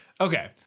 okay